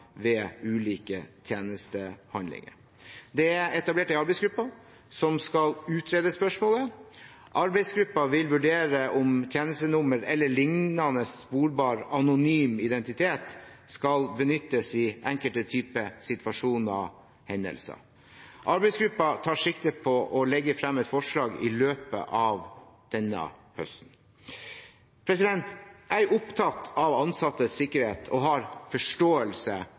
ved ulike tjenestehandlinger. Det er etablert en arbeidsgruppe som skal utrede spørsmålet. Arbeidsgruppen vil vurdere om tjenestenummer eller liknende sporbar anonym identitet skal benyttes i enkelte typer situasjoner og hendelser. Arbeidsgruppen tar sikte på å legge fram et forslag i løpet av denne høsten. Jeg er opptatt av ansattes sikkerhet og har forståelse